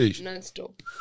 non-stop